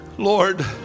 Lord